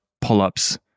pull-ups